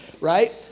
Right